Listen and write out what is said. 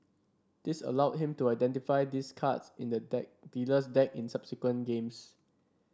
this allowed him to identify these cards in the deck dealer's deck in subsequent games